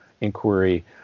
inquiry